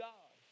God